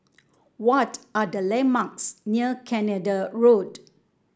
what are the landmarks near Canada Road